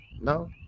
No